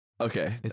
Okay